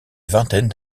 vingtaine